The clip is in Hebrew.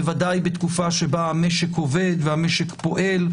ודאי בתקופה שבה המשק עובד ופועל,